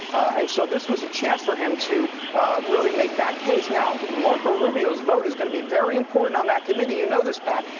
and so this was a chance for him to really make that case. now, marco rubio's vote is going to be very important on that committee. you know this, pat.